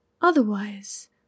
Otherwise